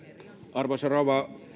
arvoisa rouva